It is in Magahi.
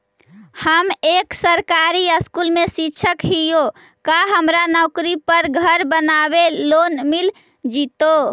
हम एक सरकारी स्कूल में शिक्षक हियै का हमरा नौकरी पर घर बनाबे लोन मिल जितै?